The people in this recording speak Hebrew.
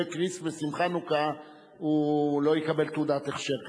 כריסטמס עם חנוכה לא יקבל תעודת הכשר.